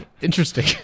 Interesting